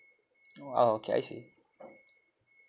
!wow! okay I see